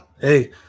Hey